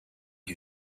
who